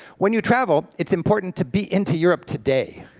when you travel, it's important to be into europe today.